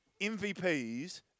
MVPs